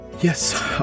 Yes